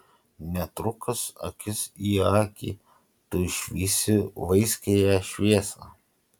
netrukus akis į akį tu išvysi vaiskiąją šviesą